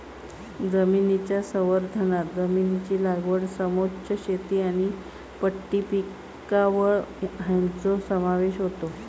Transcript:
जमनीच्या संवर्धनांत जमनीची लागवड समोच्च शेती आनी पट्टी पिकावळ हांचो समावेश होता